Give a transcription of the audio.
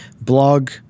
blog